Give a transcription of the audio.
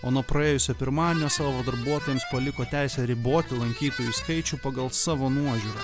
o nuo praėjusio pirmadienio savo darbuotojams paliko teisę riboti lankytojų skaičių pagal savo nuožiūrą